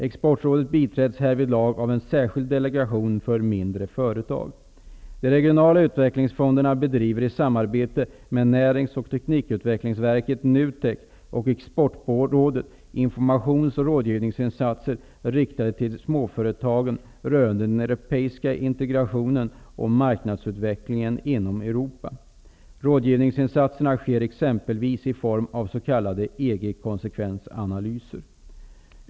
Exportrådet biträds härvidlag av en särskild delegation för mindre företag. De regionala utvecklingsfonderna gör i samarbete med Närings och teknikutvecklingsverket Rådgivningsinsatserna sker exempelvis i form av s.k. EG-konsekvensanalyser.